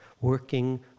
Working